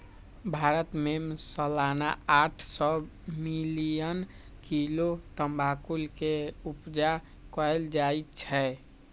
भारत में सलाना आठ सौ मिलियन किलो तमाकुल के उपजा कएल जाइ छै